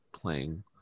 playing